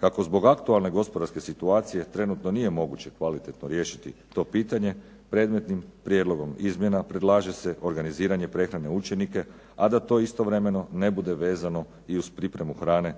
Kako zbog aktualne gospodarske situacije trenutno nije moguće kvalitetno riješiti to pitanje predmetnim prijedlogom izmjena predlaže se organiziranje prehrane učenika, a da to istovremeno ne bude vezano i uz pripremu hrane